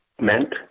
meant